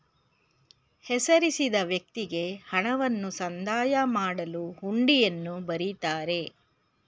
ಹೆಸರಿಸಿದ ವ್ಯಕ್ತಿಗೆ ಹಣವನ್ನು ಸಂದಾಯ ಮಾಡಲು ಹುಂಡಿಯನ್ನು ಬರಿತಾರೆ